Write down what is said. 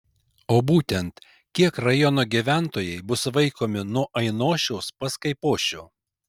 o būtent kiek rajono gyventojai bus vaikomi nuo ainošiaus pas kaipošių